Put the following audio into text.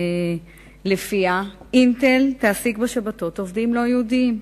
שלפיה "אינטל" תעסיק בשבתות עובדים לא יהודים.